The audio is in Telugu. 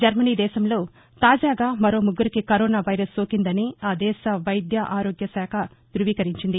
జర్మనీ దేశంలో తాజాగా మరో ముగ్గురికి కరోనా వైరస్ సోకిందని ఆ దేశ వైద్య ఆరోగ్య శాఖ మంత్రి ్రువీకరించారు